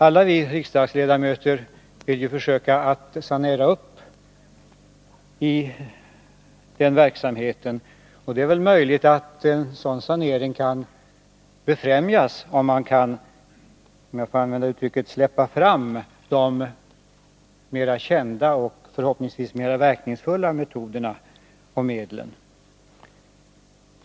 Alla vi riksdagsledamöter vill ju försöka sanera den verksamheten, och det är väl möjligt att en sådan sanering kan befrämjas, ifall man kan släppa fram — om jag får använda det uttrycket — de mer kända och förhoppningsvis mer verkningsfulla metoderna och medlen.